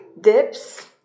dips